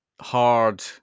hard